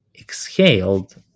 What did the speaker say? exhaled